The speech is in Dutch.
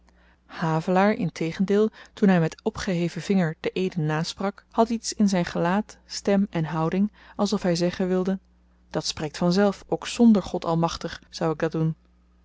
havelaar integendeel toen hy met opgeheven vinger de eeden nasprak had iets in gelaat stem en houding alsof hy zeggen wilde dat spreekt vanzelf ook zonder god almachtig zou ik dat doen